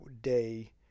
day